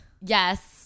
Yes